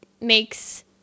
makes